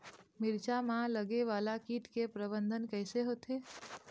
मिरचा मा लगे वाला कीट के प्रबंधन कइसे होथे?